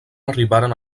arribaren